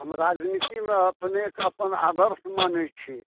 हम राजनीतिमे अपनेके अपन आदर्श मानैत छी